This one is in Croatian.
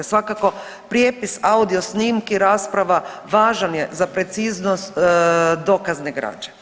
Svakako prijepis audio snimki rasprava važan je za preciznost dokazne građe.